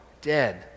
dead